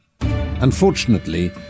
Unfortunately